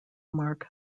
mark